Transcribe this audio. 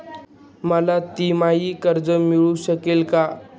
मला तिमाही कर्ज मिळू शकते का?